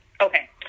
Okay